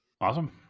Awesome